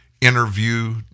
interview